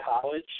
college